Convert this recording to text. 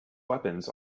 weapons